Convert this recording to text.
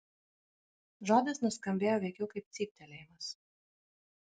žodis nuskambėjo veikiau kaip cyptelėjimas